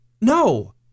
No